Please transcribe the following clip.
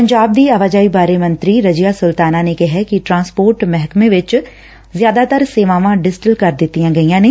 ਪੰਜਾਬ ਦੀ ਆਵਾਜਾਈ ਬਾਰੇ ਮੰਤਰੀ ਰਜੀਆ ਸੁਲਤਾਨਾ ਨੇ ਕਿਹੈ ਕਿ ਟਰਾਂਸਪੋਰਟ ਮਹਿਕਮੇ ਵਿਚ ਜ਼ਿਆਦਾਤਰ ਸੇਵਾਵਾਂ ਡਿਜੀਟਲ ਕਰ ਦਿੱਤੀਆਂ ਗਈਆਂ ਨੇ